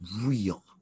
real